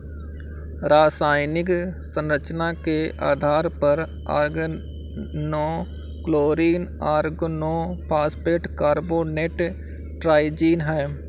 रासायनिक संरचना के आधार पर ऑर्गेनोक्लोरीन ऑर्गेनोफॉस्फेट कार्बोनेट ट्राइजीन है